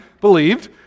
believed